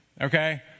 okay